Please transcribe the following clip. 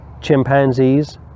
chimpanzees